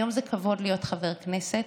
היום זה כבוד להיות חבר כנסת,